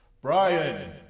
Brian